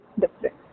different